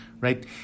right